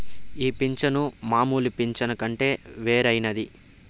ఈ పింఛను మామూలు పింఛను కంటే వేరైనది